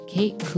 Kate